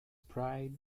pride